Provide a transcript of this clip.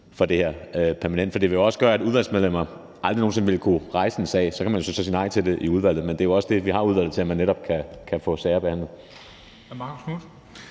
være udelukket? Det vil jo også gøre, at udvalgsmedlemmer aldrig nogen sinde vil kunne rejse en sag. Så kan man jo så sige nej til det i udvalget, men det er jo også det, vi har udvalget til, altså at man netop kan få sager behandlet.